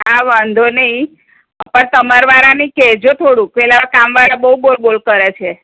હાં વાંધો નઇ પણ તમારા વાળાને ય કહેજો થોડુંક પેલા કામવાળા બહુ બોલ બોલ કરે છે